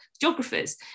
geographers